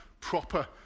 proper